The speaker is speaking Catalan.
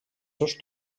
seus